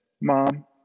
Mom